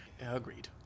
Agreed